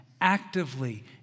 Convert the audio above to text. Actively